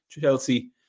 Chelsea